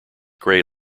grey